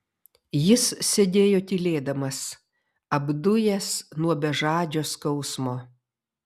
jis sėdėjo tylėdamas apdujęs nuo bežadžio skausmo